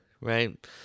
right